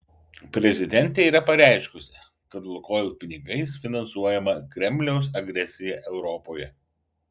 prezidentė yra pareiškusi kad lukoil pinigais finansuojama kremliaus agresija europoje